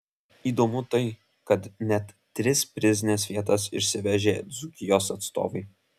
įdomu tai kad net tris prizines vietas išsivežė dzūkijos atstovai